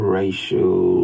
racial